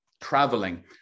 traveling